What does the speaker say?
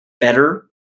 better